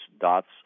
dots